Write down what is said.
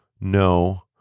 No